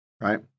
right